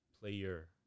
player